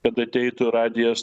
kad ateitų radijas